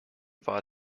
war